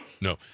No